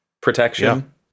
protection